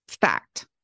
fact